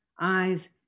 eyes